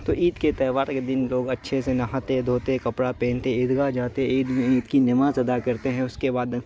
تو عید کے تہوار کے دن لوگ اچھے سے نہاتے دھوتے کپڑا پہنتے عیدگاہ جاتے عید عید کی نماز ادا کرتے ہیں اس کے بعد